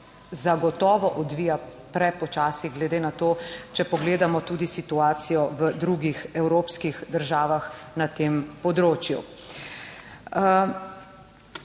zagotovo odvija prepočasi, glede na to, če pogledamo tudi situacijo v drugih evropskih državah na tem področju.